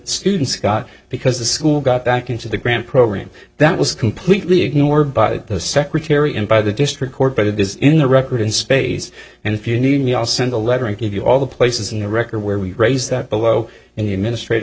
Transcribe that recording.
students got because the school got back into the grant program that was completely ignored by the secretary and by the district court but it is in the record space and if you need me i'll send a letter and give you all the places in the record where we raise that below in the administrati